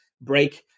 break